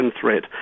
threat